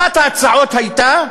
אחת ההצעות הייתה,